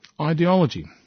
ideology